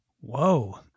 Whoa